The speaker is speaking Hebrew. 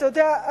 אתה יודע,